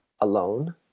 alone